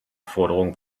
forderung